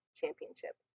championship